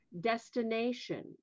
destination